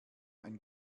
ein